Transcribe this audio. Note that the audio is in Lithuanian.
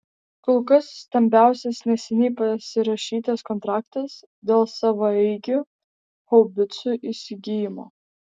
kol kas stambiausias neseniai pasirašytas kontraktas dėl savaeigių haubicų įsigijimo